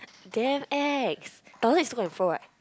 damn ex thousands is to go and fro right